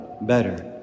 better